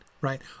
right